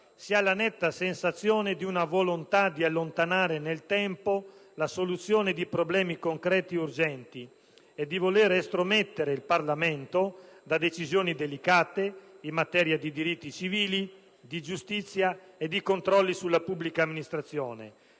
si ha la netta sensazione di una volontà di allontanare nel tempo la soluzione di problemi concreti ed urgenti e di estromettere il Parlamento da decisioni delicate in materia di diritti civili, di giustizia e di controlli sulla pubblica amministrazione,